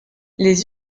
les